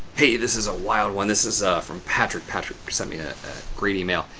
hey, this is a wild one. this is from patrick. patrick sent me a great email.